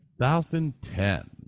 2010